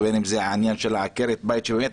ובין אם זה העניין של עקרת הבית ובאמת,